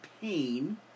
pain